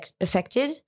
affected